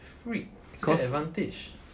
freak 这个 advantage